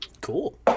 Cool